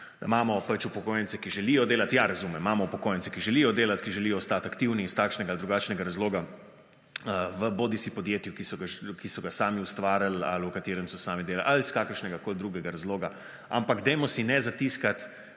imamo upokojence, ki želijo delati. Ja, razumem, imamo upokojence, ki želijo delati, ki želijo ostati aktivni in iz takšnega ali drugačnega razloga v bodisi podjetju, ki so ga sami ustvarili ali v katerem so dami delali ali iz kakršnegakoli drugega razloga, ampak dajmo si ne zatiskati